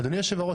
אדוני היושב-ראש,